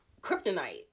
kryptonite